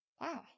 Wow